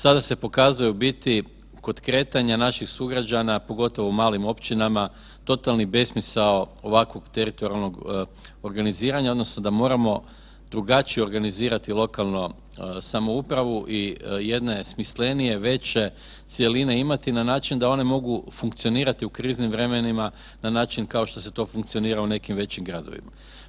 Sada se pokazuje u biti kod kretanja naših sugrađana, pogotovo u malim općinama, totalni besmisao ovakvog teritorijalnog organiziranja odnosno da moramo drugačije organizirati lokalno samoupravo i jedna je smislenije, veće cjeline imati na način da one mogu funkcionirati u kriznim vremenima na način kao što se to funkcionira u nekim većim gradovima.